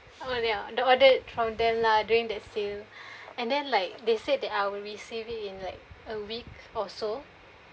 (that ordered from them lah during the sale and then like they said that I will receive it in like a week or so